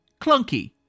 clunky